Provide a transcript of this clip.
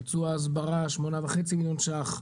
ביצוע הסברה שמונה וחצי מיליון ₪,